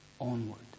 onward